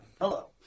Hello